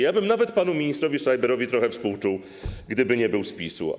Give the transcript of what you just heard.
Ja bym nawet panu ministrowi Schreiberowi trochę współczuł, gdyby nie był z PiS-u.